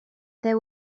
there